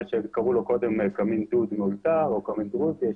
מה שקראו לו קודם קמין דוד מאולתר או קמין דרוזי,